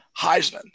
Heisman